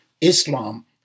Islam